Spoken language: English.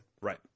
Right